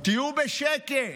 תהיו בשקט,